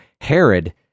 Herod